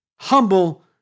Humble